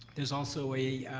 there's also a